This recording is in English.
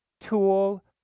tool